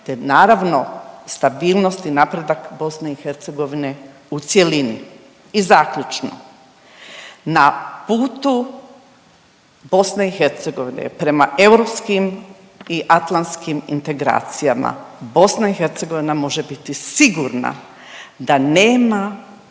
te naravno stabilnost i napredak BiH u cjelini. I zaključno, na putu BiH prema europskim i atlantskim integracijama BiH može biti sigurna da nema